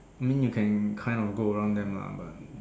I mean you can kind of go around them ah but